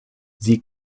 sie